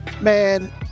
Man